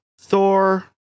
Thor